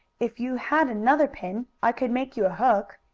if you had another pin i could make you a hook.